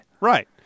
Right